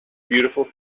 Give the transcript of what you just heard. beautiful